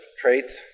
traits